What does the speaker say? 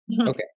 Okay